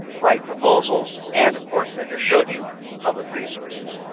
write proposals, and of course i just showed you public resources.